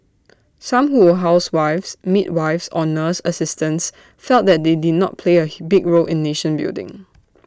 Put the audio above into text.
some who were housewives midwives or nurse assistants felt that they did not play A big role in nation building